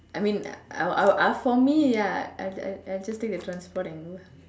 I mean I'll I'll I'll for me ya I I I'll just take the transport and go